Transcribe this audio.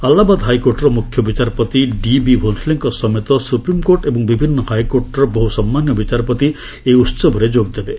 ଆଲାହାବାଦ ହାଇକୋର୍ଟର ମୁଖ୍ୟ ବିଚାରପତି ଡି ବି ଭୋନ୍ସଲେଙ୍କ ସମେତ ସୁପ୍ରିମ୍କୋର୍ଟ ଏବଂ ବିଭିନ୍ନ ହାଇକୋର୍ଟର ବହୁ ସମ୍ମାନନୀୟ ବିଚାରପତି ଏହି ଉହବରେ ଯୋଗଦେବେ